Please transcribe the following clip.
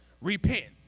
Repent